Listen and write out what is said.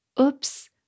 oops